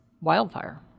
wildfire